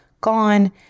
gone